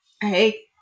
hey